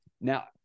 Now –